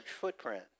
footprint